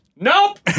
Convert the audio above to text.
nope